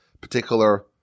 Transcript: particular